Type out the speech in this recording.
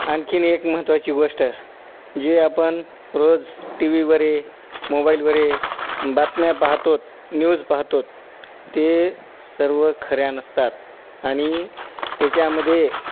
आणखीन एक महत्त्वाची गोष्ट आहे जे आपण रोज टी व्ही वर मोबाईलवर बातम्या पाहतो न्यूज पाहातो ते सर्व खऱ्या नसतात आणि त्याच्यामध्ये